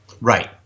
Right